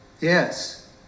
Yes